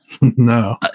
No